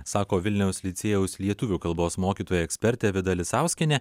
sako vilniaus licėjaus lietuvių kalbos mokytoja ekspertė vida lisauskienė